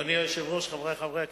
אדוני היושב-ראש, חברי חברי הכנסת,